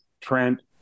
Trent